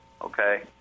Okay